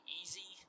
easy